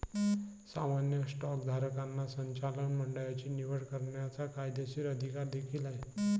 सामान्य स्टॉकधारकांना संचालक मंडळाची निवड करण्याचा कायदेशीर अधिकार देखील आहे